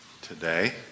today